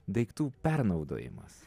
daiktų pernaudojimas